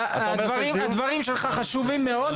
סימון הדברים שלך חשובים מאוד,